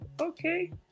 Okay